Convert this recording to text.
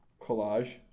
collage